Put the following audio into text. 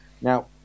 Now